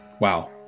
Wow